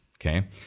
okay